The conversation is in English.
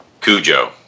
Cujo